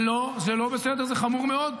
לא, זה לא בסדר, זה חמור מאוד.